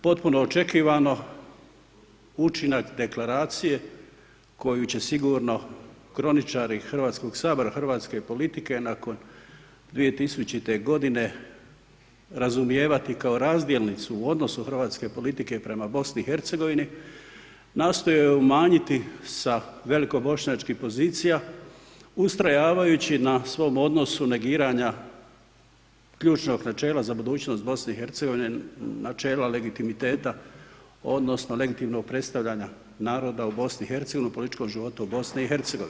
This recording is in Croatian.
Potpuno očekivano, učinak Deklaracije koju će sigurno kroničari HS-a, hrvatske politike nakon 2000.-te godine razumijevati kao razdjelnicu u odnosu hrvatske politike prema BiH nastojao je umanjiti sa velikobošnjačkih pozicija ustrajavajući na svom odnosu negiranja ključnog načela za budućnost BiH, načela legitimiteta odnosno legitimnog predstavljanja naroda u BiH u političkom životu u BiH.